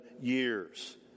years